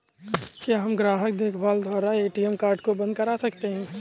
क्या हम ग्राहक देखभाल द्वारा ए.टी.एम कार्ड को बंद करा सकते हैं?